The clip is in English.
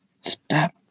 Stop